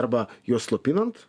arba juos slopinant